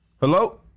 Hello